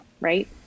right